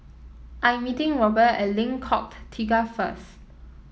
I am meeting Robt at Lengkok Tiga first